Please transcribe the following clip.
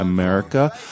America